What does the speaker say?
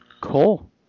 Cool